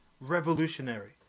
Revolutionary